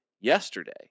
yesterday